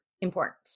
important